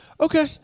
okay